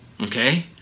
okay